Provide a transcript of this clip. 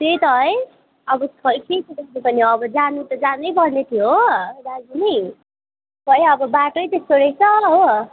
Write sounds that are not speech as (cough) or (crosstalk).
त्यही त है अब खोइ (unintelligible) अब जानु त जानु पर्ने थियो हो दार्जिलिङ खोइ अब बाटो त्यस्तो रहेछ हो